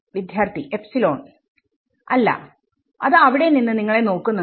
വിദ്യാർത്ഥി എപ്സിലോൺ അല്ല അത് അവിടെ നിന്ന് നിങ്ങളെ നോക്കുന്നുണ്ട്